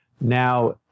Now